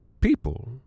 people